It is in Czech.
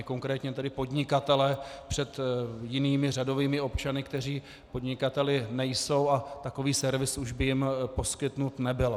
Konkrétně tedy podnikatele před jinými řadovými občany, kteří podnikateli nejsou, a takový servis už by jim poskytnut nebyl.